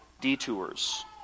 detours